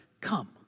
come